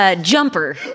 Jumper